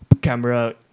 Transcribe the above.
camera